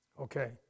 Okay